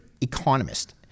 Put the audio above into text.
economist